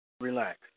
relax